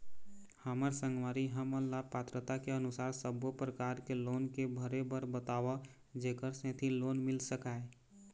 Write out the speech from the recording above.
हमर संगवारी हमन ला पात्रता के अनुसार सब्बो प्रकार के लोन के भरे बर बताव जेकर सेंथी लोन मिल सकाए?